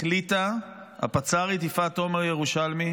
החליטה הפצ"רית יפעת תומר-ירושלמי